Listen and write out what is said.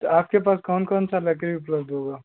तो आपके पास कौन कौन सा लकड़ी उपलब्ध होगा